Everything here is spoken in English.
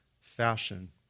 fashion